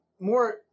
More